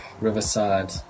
Riverside